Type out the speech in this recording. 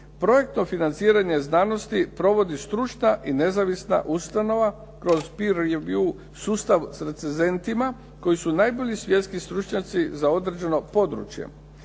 projektno financiranje znanosti provodi stručna i nezavisna ustanova kroz …/Govornik se ne razumije./… sustav s recenzentima koji su najbolji svjetski stručnjaci za određeno područje.